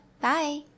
bye